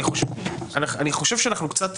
אני חושב שאנחנו קצת